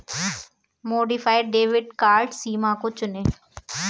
modified debit card सीमा को चुनें